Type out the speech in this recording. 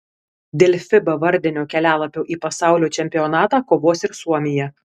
dėl fiba vardinio kelialapio į pasaulio čempionatą kovos ir suomija